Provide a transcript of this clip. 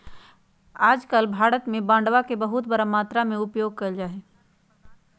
आजकल भारत में बांडवा के बहुत बड़ा मात्रा में उपयोग कइल जाहई